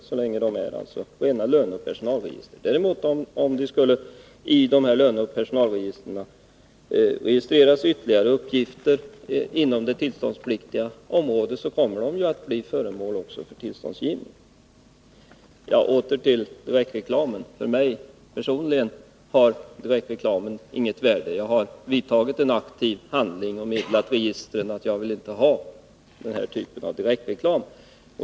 Det görs alltså inte så länge de är rena löneoch personalregister. Om det i dessa löneoch personalregister däremot skulle införas uppgifter inom det tillståndspliktiga området, blir de också föremål för tillståndsgivning. För mig personligen har direktreklamen inget värde. Jag har gjort en aktiv handling och meddelat att jag inte vill ha den typen av direktreklam.